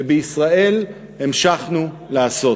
ובישראל המשכנו לעשות.